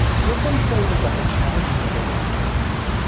get them focused on the challenges that they're looking to accomplish.